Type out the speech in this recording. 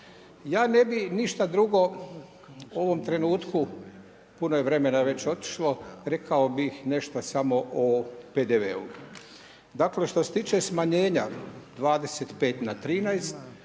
Ja ne bih ništa drugo u ovom trenutku, puno je vremena već otišlo, rekao bih nešto samo o PDV-u. dakle što se tiče smanjenja 25 na 13,